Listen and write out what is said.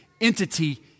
entity